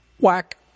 Whack